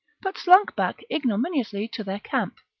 but slunk back ignominiously to their camp.